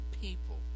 people